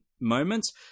moments